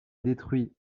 détruit